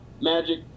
Magic